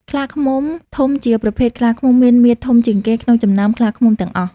ខ្លាឃ្មុំធំជាប្រភេទខ្លាឃ្មុំមានមាឌធំជាងគេ ក្នុងចំណោមខ្លាឃ្មុំទាំងអស់។